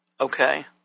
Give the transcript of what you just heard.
Okay